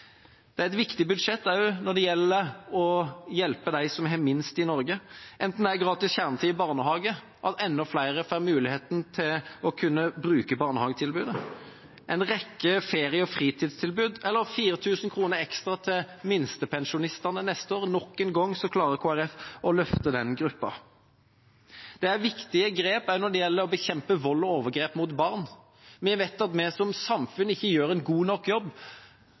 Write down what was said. er et viktig budsjett også når det gjelder å hjelpe dem som har minst i Norge, enten det er gratis kjernetid i barnehage, at enda flere får muligheten til å kunne bruke barnehagetilbudet, en rekke ferie- og fritidstilbud, eller 4 000 kr ekstra til minstepensjonistene neste år. Nok en gang klarer Kristelig Folkeparti å løfte den gruppa. Det er viktige grep også når det gjelder å bekjempe vold og overgrep mot barn. Vi vet at vi som samfunn ikke gjør en god nok jobb.